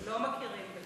לא מכירים בזה.